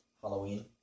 Halloween